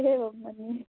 एवं मन्ये